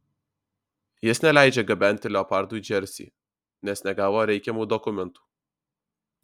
jis neleidžia gabenti leopardų į džersį nes negavo reikiamų dokumentų